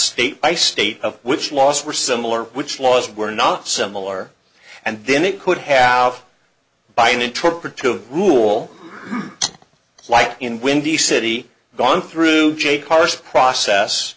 state by state of which laws were similar which laws were not similar and then it could have by an interpretive rule like in windy city gone through jay carson process